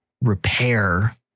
repair